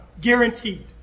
guaranteed